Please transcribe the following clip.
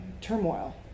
turmoil